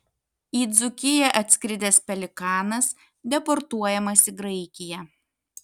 į dzūkiją atskridęs pelikanas deportuojamas į graikiją